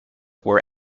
were